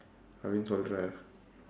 அப்படினு சொல்லுற:appadinu sollura